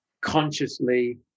consciously